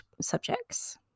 subjects